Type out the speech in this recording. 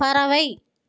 பறவை